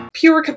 pure